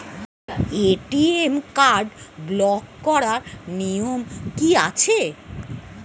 ATM card block করার নিয়ম কি আছে?